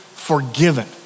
Forgiven